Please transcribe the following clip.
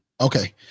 okay